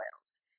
oils